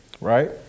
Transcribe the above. right